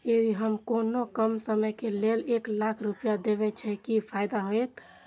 यदि हम कोनो कम समय के लेल एक लाख रुपए देब छै कि फायदा होयत?